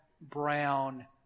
brown